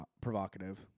provocative